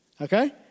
Okay